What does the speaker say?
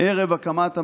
ערב הקמת הממשלה?